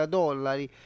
dollari